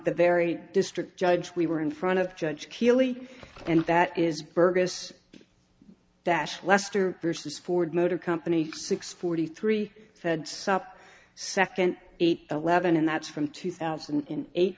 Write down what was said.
the very district judge we were in front of judge healy and that is burgas that lester versus ford motor company six forty three said sup second eight eleven and that's from two thousand and eight